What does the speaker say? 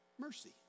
Mercy